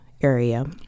area